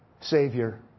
Savior